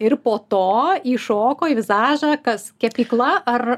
ir po to įšoko į vizažą kas kepykla ar